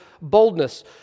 boldness